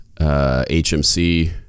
HMC